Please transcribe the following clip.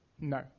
No